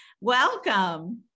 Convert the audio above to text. welcome